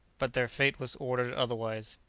but their fate was ordered otherwise.